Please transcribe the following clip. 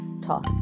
talk